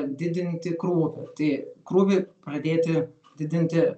didinti krūvį tai krūvį pradėti didinti